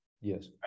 yes